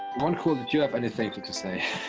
onecool, did you have anything to say?